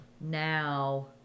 now